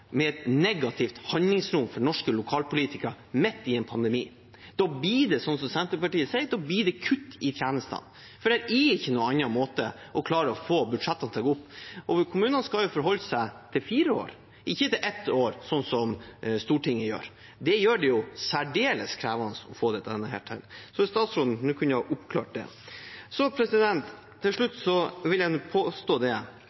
med et negativt handlingsrom for norske lokalpolitikere midt i en pandemi. Da blir det som Senterpartiet sier, kutt i tjenestene, for det er ingen annen måte å klare å få budsjettene til å gå opp på. Kommunene skal jo forholde seg til fire år, ikke til ett år, sånn som Stortinget gjør. Det gjør det særdeles krevende å få dette til – om statsråden kunne oppklart det. Til slutt vil jeg si noe om Senterpartiets bekymring for det